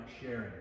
sharing